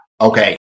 okay